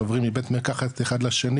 שעוברים מבית מרקחת אחד לשני,